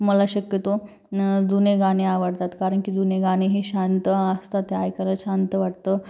मला शक्यतो नं जुने गाणे आवडतात कारण की जुने गाणे हे शांत असतात ते ऐकायला शांत वाटतं